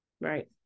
Right